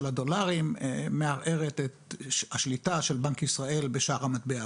הדולרים מערערת את השליטה של בנק ישראל בשער המטבע,